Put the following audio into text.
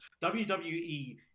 WWE